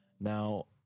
Now